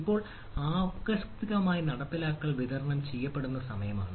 ഇപ്പോൾ ആകസ്മികമായി നടപ്പാക്കൽ വിതരണം ചെയ്യപ്പെടുന്ന സമയമാണ്